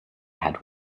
had